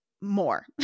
more